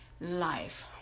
life